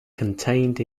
contained